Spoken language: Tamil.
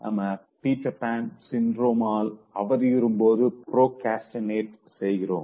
நாம பீட்டர் பேன் சின்றோம் ஆல் அவதியுறும் போது ப்ரோக்ரஸ்டினேட் செய்றோம்